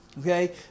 Okay